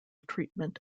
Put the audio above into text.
treatment